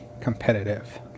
competitive